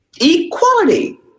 equality